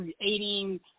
creating